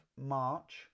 March